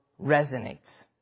resonates